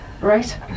Right